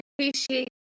appreciate